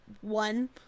one